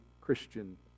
Christian